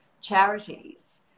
charities